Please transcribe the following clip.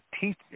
teach